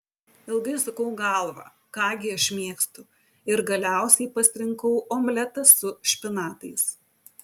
ilgai sukau galvą ką gi aš mėgstu ir galiausiai pasirinkau omletą su špinatais